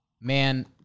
man